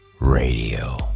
Radio